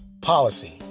policy